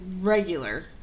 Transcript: regular